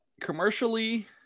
commercially